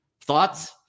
Thoughts